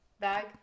bag